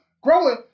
growing